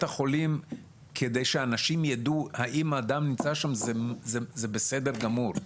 החולים כדי שאנשים יידעו האם אדם נמצא שם זה בסדר גמור,